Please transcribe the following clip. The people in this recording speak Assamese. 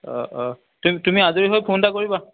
অঁ অঁ তুম তুমি আজৰি হৈ ফোন এটা কৰিবা